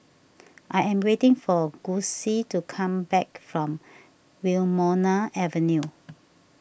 I am waiting for Gussie to come back from Wilmonar Avenue